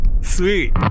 sweet